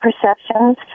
perceptions